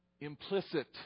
Implicit